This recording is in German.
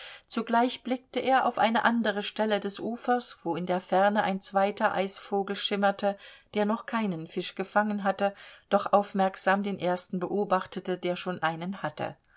zugleich blickte er auf eine andere stelle des ufers wo in der ferne ein zweiter eisvogel schimmerte der noch keinen fisch gefangen hatte doch aufmerksam den ersten beobachtete der schon einen hatte